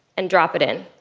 and drop it in.